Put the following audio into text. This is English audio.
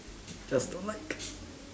just don't like